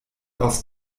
aus